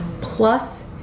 plus